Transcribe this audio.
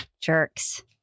jerks